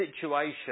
situation